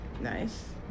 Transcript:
Nice